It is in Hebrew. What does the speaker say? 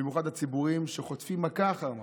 במיוחד הציבוריים, שחוטפים מכה אחר מכה,